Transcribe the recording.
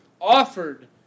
offered